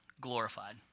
glorified